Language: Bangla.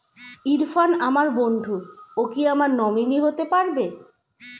ইরফান আমার বন্ধু ও কি আমার নমিনি হতে পারবে?